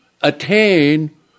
attain